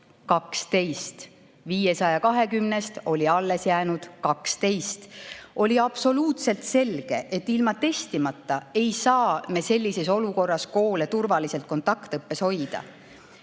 12. 520-st oli alles jäänud 12! Oli absoluutselt selge, et ilma testimata ei saa me sellises olukorras koole turvaliselt kontaktõppes hoida.